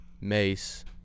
Mace